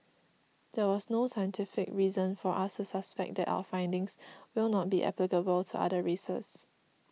there was no scientific reason for us suspect that our findings will not be applicable to other races